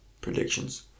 predictions